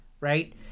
right